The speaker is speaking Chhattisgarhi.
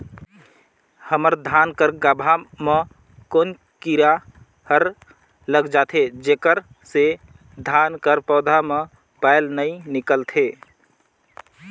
हमर धान कर गाभा म कौन कीरा हर लग जाथे जेकर से धान कर पौधा म बाएल नइ निकलथे?